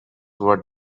were